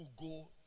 go